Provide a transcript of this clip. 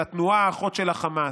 של התנועה האחות של החמאס.